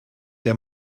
der